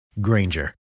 Granger